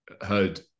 heard